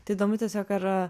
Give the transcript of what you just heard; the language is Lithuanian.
tai įdomu tiesiog ar